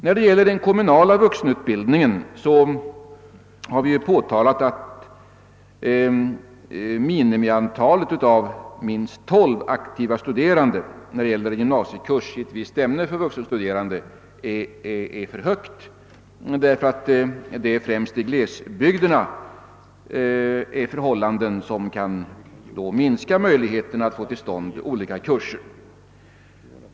När det gäller den kommunala vuxenutbildningen har vi påtalat att minimiantalet 12 aktiva studerande när det gäller gymnasiekurs i ett visst ämne för vuxenstuderande är för högt, därför att främst i glesbygderna råder förhållanden som då kan minska möjligheterna att få till stånd olika kurser.